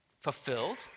fulfilled